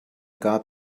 gab